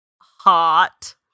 Hot